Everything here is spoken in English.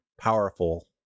powerful